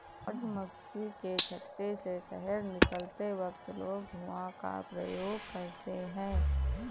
मधुमक्खी के छत्ते से शहद निकलते वक्त लोग धुआं का प्रयोग करते हैं